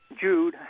Jude